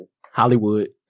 Hollywood